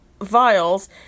vials